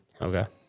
Okay